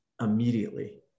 immediately